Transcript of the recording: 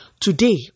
Today